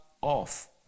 off